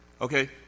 Okay